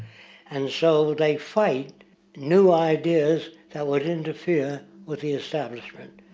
and so they fight new ideas, that would interfere with the establishment.